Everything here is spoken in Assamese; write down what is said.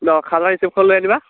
অঁ খাজানাৰ ৰিচিপ্টখন লৈ আনিবা